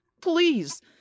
please